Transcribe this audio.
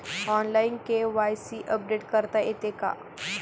Online KYC update करता येते का?